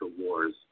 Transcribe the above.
wars